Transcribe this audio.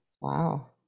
Wow